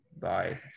Bye